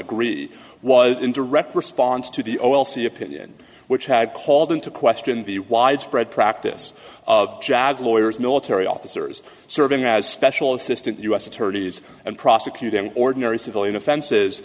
agreed was in direct response to the o l c opinion which had called into question the widespread practice of jag lawyers military officers serving as special assistant u s attorneys and prosecuting ordinary civilian offenses